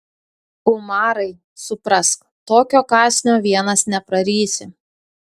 umarai suprask tokio kąsnio vienas neprarysi